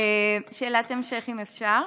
שאלת המשך, אם אפשר.